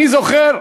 אני זוכר,